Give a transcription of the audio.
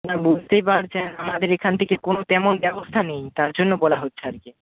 না বুঝতেই পারছেন আমাদের এখান থেকে কোনো তেমন ব্যবস্থা নেই তার জন্য বলা হচ্ছে আর কি